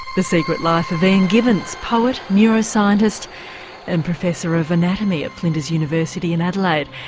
the secret life of ian gibbins, poet, neuroscientist and professor of anatomy at flinders university in adelaide,